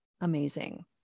amazing